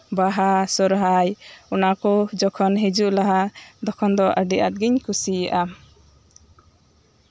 ᱵᱟᱦᱟ ᱥᱚᱨᱦᱟᱭ ᱱᱚᱣᱟ ᱠᱚ ᱡᱚᱠᱷᱟᱱ ᱦᱤᱡᱩᱜ ᱞᱟᱦᱟ ᱛᱚᱠᱷᱚᱱ ᱫᱚ ᱟᱹᱰᱤ ᱟᱸᱴ ᱜᱤᱧ ᱠᱩᱥᱤᱭᱟᱜᱼᱟ